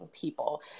people